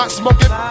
smoking